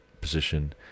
position